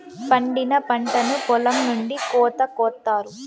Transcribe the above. పండిన పంటను పొలం నుండి కోత కొత్తారు